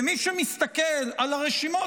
ומי שמסתכל על הרשימות,